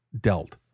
dealt